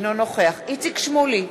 אינו נוכח איציק שמולי,